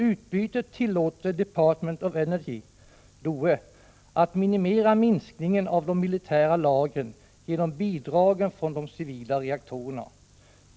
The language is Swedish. Utbytet tillåter Department of Energy, DOE, att minimera minskningen av de militära lagren genom bidragen från de civila reaktorerna.